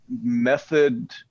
method